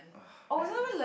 ugh Batman